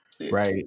Right